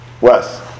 Wes